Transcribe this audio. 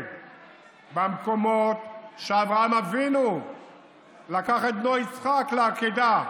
במקומות שאברהם אבינו לקח את בנו יצחק לעקדה,